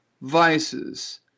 vices